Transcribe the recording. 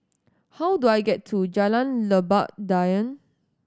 how do I get to Jalan Lebat Daun